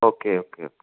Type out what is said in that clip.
okay okay